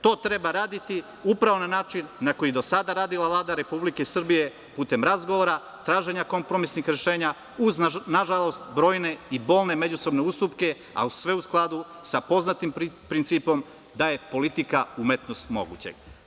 To treba raditi upravo na način na koji do sada je radila Vlada Republike Srbije, putem razgovora, traženja kompromisnih rešenja uz nažalost brojne i bolne međusobne ustupke, a sve u skladu sa poznatim principom, da je politika umetnost mogućeg.